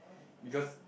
because